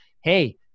hey